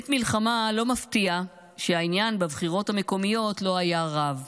בעת מלחמה לא מפתיע שהעניין בבחירות המקומיות לא היה רב,